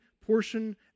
portion